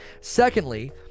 Secondly